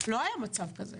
לא היה מצב כזה.